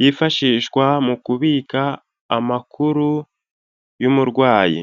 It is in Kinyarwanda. yifashishwa mu kubika amakuru y'umurwayi.